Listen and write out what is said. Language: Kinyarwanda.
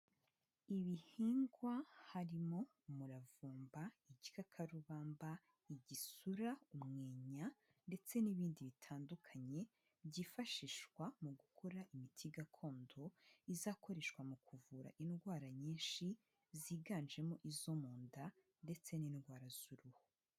Ibihingwa harimo umuravumba, igikakarubamba, igisura, umweya ndetse n'ibindi bitandukanye byifashishwa mu gukora imiti gakondo izakoreshwa mu kuvura indwara nyinshi ziganjemo izo mu nda ndetse n'indwara z'uruhu.